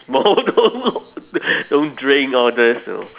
smoke don't drink all this you know